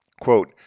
quote